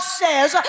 says